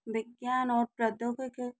विज्ञान और प्रौद्योगिकी